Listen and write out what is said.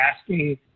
asking